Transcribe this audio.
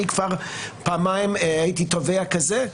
אני כבר פעמיים הייתי תובע כזה,